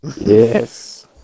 Yes